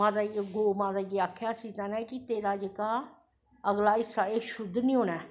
गौ माता गी आखेआ हा सीता माता नै कि तेरा जेह्का अगला हिस्सा एह् शुध्द नी होनां ऐ